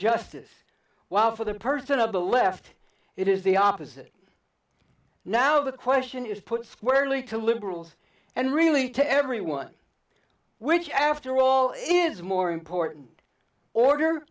justice while for the person of the left it is the opposite now the question is put squarely to liberals and really to everyone which after all it is more important order